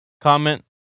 comment